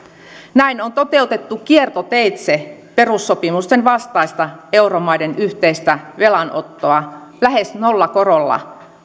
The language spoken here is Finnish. näin on toteutettu kiertoteitse perussopimusten vastaista euromaiden yhteistä velanottoa lähes nollakorolla